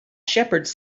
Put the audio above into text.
shepherds